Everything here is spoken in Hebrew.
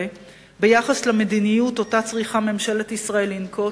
ביחס למדיניות שצריכה ממשלת ישראל לנקוט,